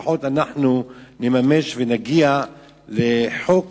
לפחות אנחנו נממש ונגיע לחוק